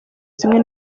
zimwe